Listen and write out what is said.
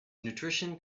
nutrition